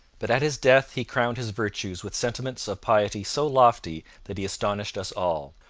but at his death he crowned his virtues with sentiments of piety so lofty that he astonished us all.